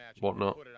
whatnot